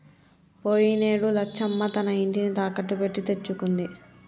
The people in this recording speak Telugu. పోయినేడు లచ్చమ్మ తన ఇంటిని తాకట్టు పెట్టి తెచ్చుకుంది